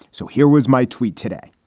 so here was my tweet today.